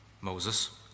Moses